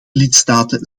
lidstaten